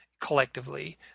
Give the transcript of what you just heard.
Collectively